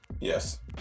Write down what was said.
Yes